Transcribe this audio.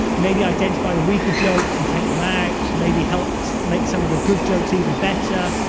maybe identify the weaker jokes and take them out, maybe help make some of the good jokes even better.